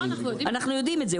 אנחנו יודעים את זה,